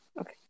Okay